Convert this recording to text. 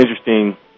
interesting